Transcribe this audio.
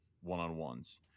one-on-ones